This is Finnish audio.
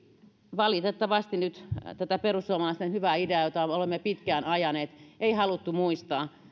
valitettavasti nyt tätä perussuomalaisten hyvää ideaa jota me olemme pitkään ajaneet ei haluttu muistaa